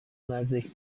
نزدیک